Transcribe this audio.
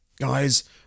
Guys